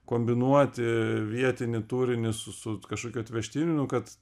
kombinuoti vietinį turinį su su kažkokiu atvežtiniu nu kad